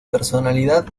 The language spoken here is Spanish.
personalidad